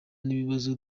n’ibibazo